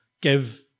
give